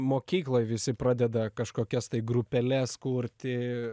mokykloj visi pradeda kažkokias tai grupeles kurti